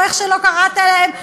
או איך שלא קראת להן,